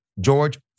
George